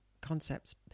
concepts